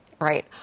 Right